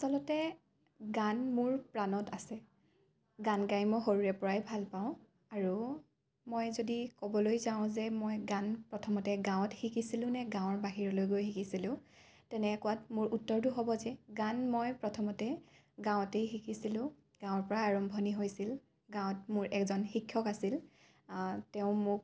আচলতে গান মোৰ প্ৰাণত আছে গান গাই মই সৰুৰে পৰাই ভাল পাওঁ আৰু মই যদি ক'বলৈ যাওঁ যে মই গান প্ৰথমতে গাঁৱত শিকিছিলোঁ নে গাঁৱৰ বাহিৰলৈ গৈ শিকিছিলোঁ তেনেকুৱাত মোৰ উত্তৰটো হ'ব যে গান মই প্ৰথমতে গাঁৱতেই শিকিছিলোঁ গাঁৱৰ পৰা আৰম্ভণি হৈছিল গাঁৱত মোৰ এজন শিক্ষক আছিল তেওঁ মোক